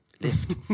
lift